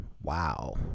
wow